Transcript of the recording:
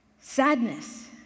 sadness